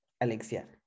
Alexia